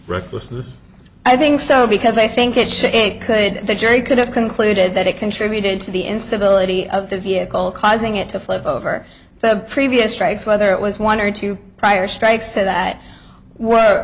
recklessness i think so because i think it could the jury could have concluded that it contributed to the instability of the vehicle causing it to flip over the previous trace whether it was one or two prior strikes so that were